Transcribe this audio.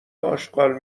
اشغال